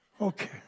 Okay